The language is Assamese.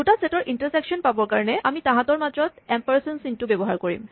দুটা ছেটৰ ইন্টাৰছেকচন পাবৰ কাৰণে আমি তাহাঁতৰ মাজত এমপাৰচন চিনটো ব্যৱহাৰ কৰিম